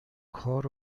کار